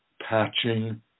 patching